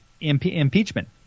Impeachment